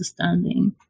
understanding